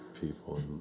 people